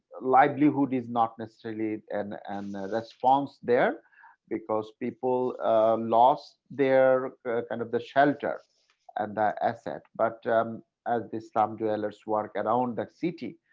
livelihood is not necessarily and and that's false there because people lost their end of the shelter and that effort. but as the slum dwellers work and around the city,